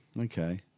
Okay